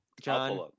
John